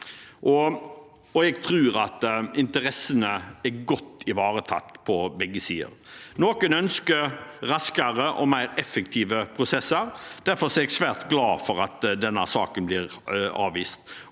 Jeg tror interessene er godt ivaretatt på begge sider. Noen ønsker raskere og mer effektive prosesser; derfor er jeg svært glad for at denne saken blir avvist.